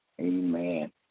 Amen